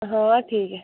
हाँ ठीक है